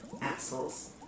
assholes